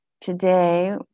Today